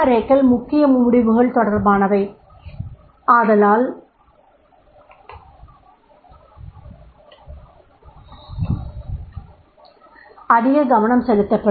ஏ க்கள் முக்கிய முடிவுகள் தொடர்பானவை ஆதலால் அதிக கவனம் செலுத்தப்படும்